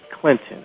Clinton